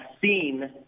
seen